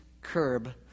curb